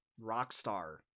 rockstar